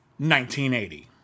1980